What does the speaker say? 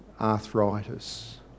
arthritis